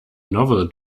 novel